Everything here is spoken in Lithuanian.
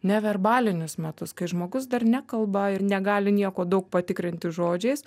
neverbalinius metus kai žmogus dar nekalba ir negali nieko daug patikrinti žodžiais